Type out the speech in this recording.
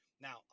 Now